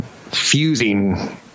fusing